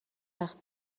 وقت